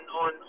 on